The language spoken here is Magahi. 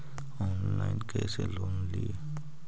ऑनलाइन कैसे लोन ली?